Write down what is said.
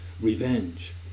revenge